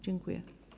Dziękuję.